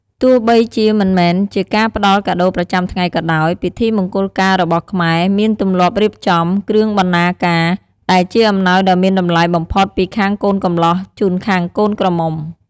ទោះបីជាមិនមែនជាការផ្តល់កាដូរប្រចាំថ្ងៃក៏ដោយ ពិធីមង្គលការរបស់ខ្មែរមានទម្លាប់រៀបចំ "គ្រឿងបណ្ណាការ" ដែលជាអំណោយដ៏មានតម្លៃបំផុតពីខាងកូនកំលោះជូនខាងកូនក្រមុំ។